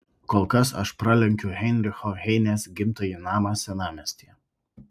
kol kas aš pralenkiu heinricho heinės gimtąjį namą senamiestyje